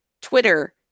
Twitter